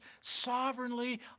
sovereignly